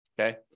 okay